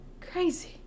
crazy